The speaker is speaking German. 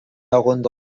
herunter